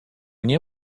nie